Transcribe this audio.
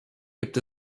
gibt